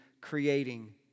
creating